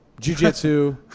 Jiu-Jitsu